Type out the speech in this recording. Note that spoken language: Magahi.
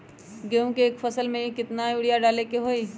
गेंहू के एक फसल में यूरिया केतना बार डाले के होई?